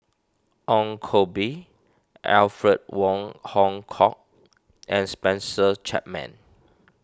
Ong Koh Bee Alfred Wong Hong Kwok and Spencer Chapman